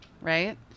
right